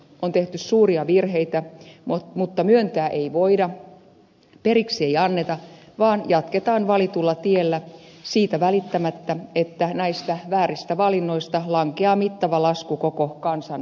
on tehty suuria virheitä mutta myöntää ei voida periksi ei anneta vaan jatketaan valitulla tiellä siitä välittämättä että näistä vääristä valinnoista lankeaa mittava lasku koko kansan maksettavaksi